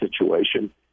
situation